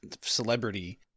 celebrity